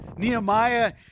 Nehemiah